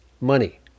money